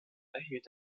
erhielt